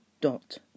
dot